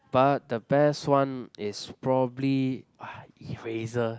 but the best one is probably ah eraser